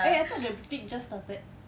eh I thught the league just started